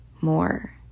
more